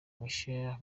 michela